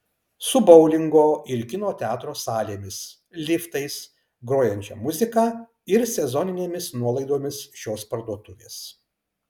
su boulingo ir kino teatro salėmis liftais grojančia muzika ir sezoninėmis nuolaidomis šios parduotuvės